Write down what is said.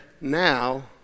now